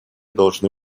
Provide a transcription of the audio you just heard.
должны